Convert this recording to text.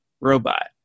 robot